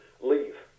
leave